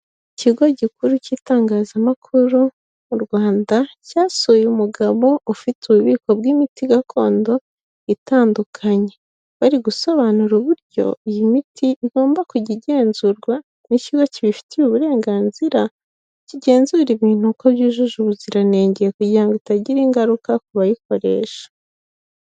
Ikigo gikuru cy'itangazamakuru mu Rwanda cyasuye umugabo ufite ububiko bw'imiti gakondo itandukanye bari gusobanura uburyo iyi miti igomba kujya igenzurwa n'ikigo kibifitiye uburenganzira kigenzura ibintu uko byujuje ubuziranenge kugira itagira ingaruka kubayikoresha.